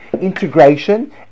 integration